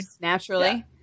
Naturally